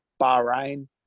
Bahrain